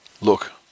Look